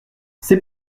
c’est